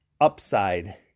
upside